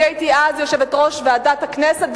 אני הייתי אז יושבת-ראש ועדת הכנסת,